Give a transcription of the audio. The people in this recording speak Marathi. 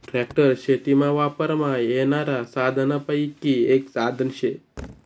ट्रॅक्टर शेतीमा वापरमा येनारा साधनेसपैकी एक साधन शे